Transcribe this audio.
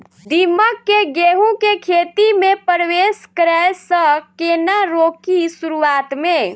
दीमक केँ गेंहूँ केँ खेती मे परवेश करै सँ केना रोकि शुरुआत में?